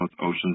Oceans